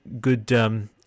good